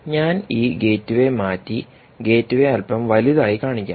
ഞാൻ ഈ ഗേറ്റ്വേ മാറ്റി ഗേറ്റ്വേ അല്പം വലുതായി കാണിക്കാം